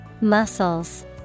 Muscles